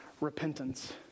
repentance